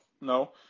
no